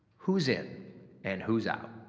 who's in and who's out,